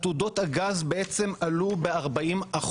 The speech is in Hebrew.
עתודות הגז בעצם עלו ב-40%.